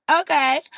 Okay